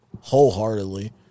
Wholeheartedly